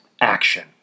action